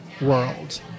world